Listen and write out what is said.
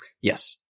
Yes